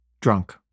drunk